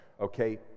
okay